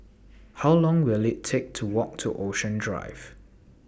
How Long Will IT Take to Walk to Ocean Drive